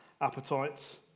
appetites